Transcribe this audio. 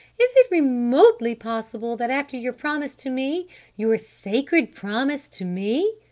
is it remotely possible that after your promise to me your sacred promise to me?